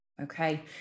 Okay